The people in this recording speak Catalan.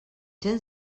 gens